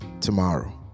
tomorrow